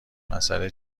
مسئله